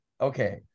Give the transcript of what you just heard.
Okay